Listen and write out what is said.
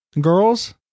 Girls